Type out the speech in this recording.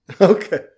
Okay